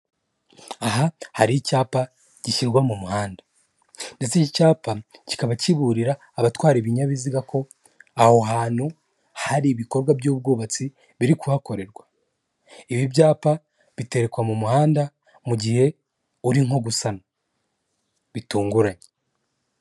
Aha hari icyapa gishyirwa mu muhanda, ndetse iki cyapa kikaba kiburira abatwara ibinyabiziga ko aho hantu hari ibikorwa by'ubwubatsi biri kuhakorerwa. Ibi byapa biterekwa mu muhanda mu gihe uri nko gusana bitunguranye.